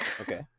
Okay